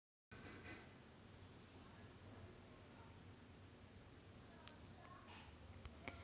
एकूण व्याज म्हणजे वास्तविक जीवनात सावकाराकडून आकारले जाणारे व्याज